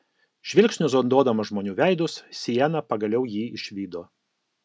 žvilgsniu zonduodama žmonių veidus siena pagaliau jį išvydo